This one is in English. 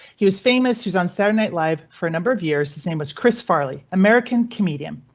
he was famous who's on saturday night live for a number of years. the same was chris farley, american comedian.